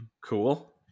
cool